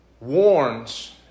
warns